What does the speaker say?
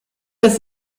das